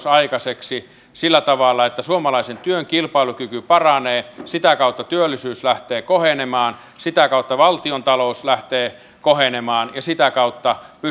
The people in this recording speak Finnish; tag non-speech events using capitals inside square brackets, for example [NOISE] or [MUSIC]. [UNINTELLIGIBLE] aikaiseksi sillä tavalla että suomalaisen työn kilpailukyky paranee sitä kautta työllisyys lähtee kohenemaan sitä kautta valtiontalous lähtee kohenemaan ja sitä kautta